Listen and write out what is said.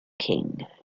king